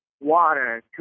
water